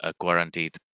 guaranteed